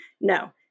no